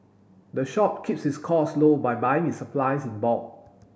the shop keeps its costs low by buying its supplies in bulk